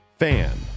Fan